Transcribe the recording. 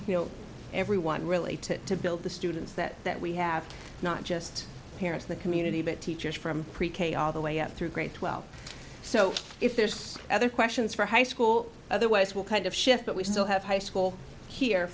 everyone really to to build the students that that we have not just parents the community but teachers from pre k all the way up through grade twelve so if there's other questions for high school otherwise we'll kind of shift but we still have high school here